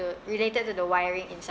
related to the wiring inside